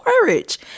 courage